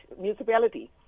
municipality